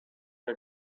jak